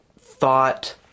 thought